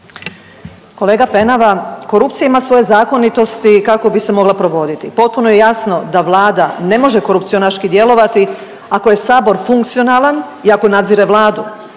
Kolega Penava, korupcija ima svoje zakonitosti kako bi se mogla provoditi. Potpuno je jasno da Vlada ne može korupcionaški djelovati ako je Sabor funkcionalan i ako nadzire Vladu.